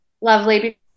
lovely